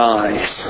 eyes